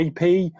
AP